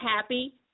happy